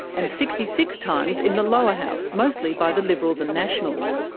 and sixty six times in the lower house, mostly by the liberals and nationals.